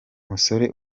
musore